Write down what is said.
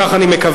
כך אני מקווה,